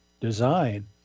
design